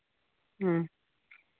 ᱦᱮᱸ